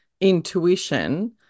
intuition